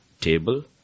table